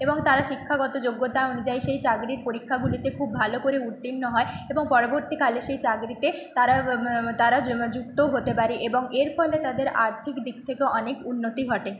এবং তারা শিক্ষাগত যোগ্যতা অনুযায়ী সেই চাকরির পরীক্ষাগুলিতে খুব ভালো করে উত্তীর্ণ হয় এবং পরবর্তীকালে সেই চাকরিতে তারা তারা যুক্ত হতে পারে এবং এর ফলে তাদের আর্থিক দিক থেকে অনেক উন্নতি ঘটে